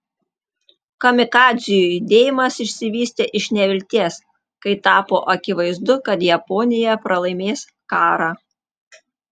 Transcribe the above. kamikadzių judėjimas išsivystė iš nevilties kai tapo akivaizdu kad japonija pralaimės karą